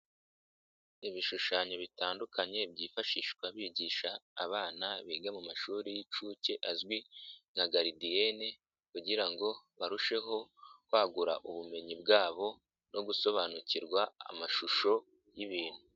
Ibishushanyo bitandukanye byifashishwa bigisha abana biga mu mashuri y'inshuke azwi nka garidiyene kugira ngo barusheho kwagura ubumenyi bwabo no gusobanukirwa amashusho y'ibintu.